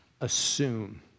assume